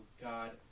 God